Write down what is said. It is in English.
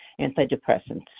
antidepressants